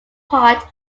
part